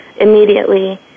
immediately